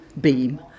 beam